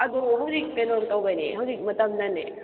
ꯑꯗꯣ ꯍꯧꯖꯤꯛ ꯀꯩꯅꯣ ꯇꯧꯕꯒꯤꯅꯦ ꯍꯧꯖꯤꯛ ꯃꯇꯝꯅꯅꯦ